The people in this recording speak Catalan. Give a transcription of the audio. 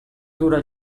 dura